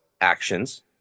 actions